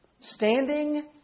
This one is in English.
standing